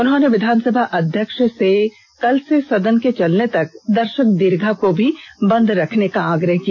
उन्होंने विधानसभा अध्यक्ष से कल से सदन के चलने तक दर्षक दीर्घा को भी बंद रखने का आग्रह किया